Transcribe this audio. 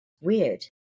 weird